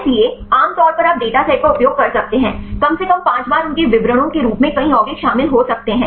इसलिए आम तौर पर आप डेटा सेट का उपयोग कर सकते हैं कम से कम 5 बार उनके विवरणों के रूप में कई यौगिक शामिल हो सकते हैं